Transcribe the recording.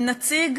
עם נציג